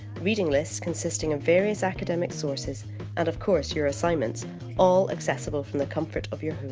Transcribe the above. reading list consisting of various academic sources and of course your assignments all accessible from the comfort of your home.